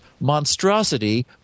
monstrosity